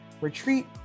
retreat